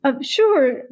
Sure